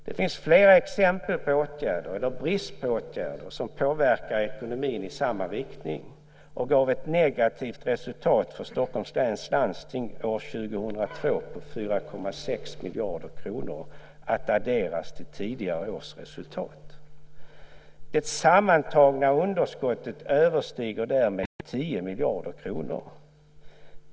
Det finns flera exempel på åtgärder eller brist på åtgärder, som påverkade ekonomin i samma riktning och gav ett negativt resultat för Stockholms läns landsting år 2002 på 4,6 miljarder kronor att adderas till tidigare års resultat. Det sammantagna underskottet överstiger därmed 10 miljarder kronor.